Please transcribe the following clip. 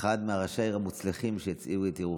אחד מראשי העיר המוצלחים שהצעידו את ירוחם.